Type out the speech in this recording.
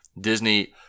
Disney